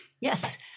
Yes